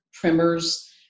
primers